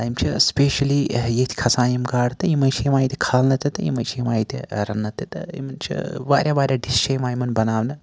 یِم چھِ سپیٚشلی ییٚتھۍ کھَسان یِم گاڈٕ تہٕ یِمے چھِ یِوان ییٚتہِ کھالنہٕ تِتہٕ یِمے چھِ یِوان ییٚتہِ رَننہٕ تِتہٕ یِمَن چھِ واریاہ واریاہ ڈِش چھِ یِوان یِمَن بَناونہٕ